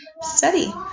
study